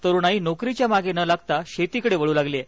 तरुणाई नोकरीच्या मागे न लागता शेतीकडे वळू लागली आहे